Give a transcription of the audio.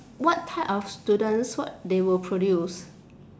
what type of students what they will produce